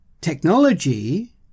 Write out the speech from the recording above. technology